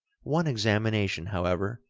one examination, however,